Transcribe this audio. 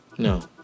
No